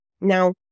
Now